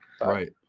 Right